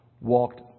walked